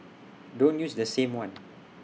don't use the same one